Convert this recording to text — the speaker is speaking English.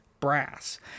brass